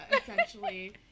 essentially